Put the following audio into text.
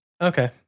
Okay